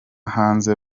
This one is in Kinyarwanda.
hanze